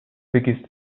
biggest